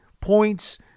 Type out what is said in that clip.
Points